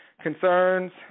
concerns